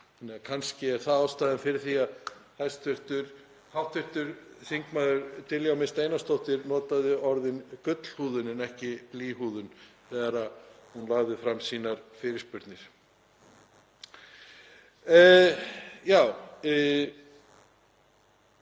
Kannski er það ástæðan fyrir því að hv. þm. Diljá Mist Einarsdóttir notaði orðin gullhúðun en ekki blýhúðun þegar hún lagði fram sínar fyrirspurnir.